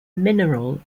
mineral